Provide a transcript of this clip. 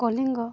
Kalinga